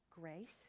grace